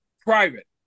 private